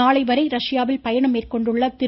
நாளைவரை ரஷ்யாவில் பயணம் மேற்கொண்டுள்ள திரு